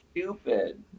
stupid